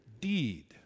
deed